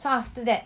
so after that